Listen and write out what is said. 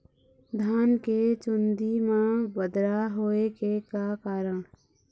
धान के चुन्दी मा बदरा होय के का कारण?